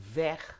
weg